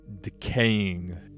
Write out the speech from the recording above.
decaying